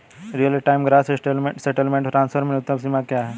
Real time gross settlement transfer में न्यूनतम सीमा क्या है?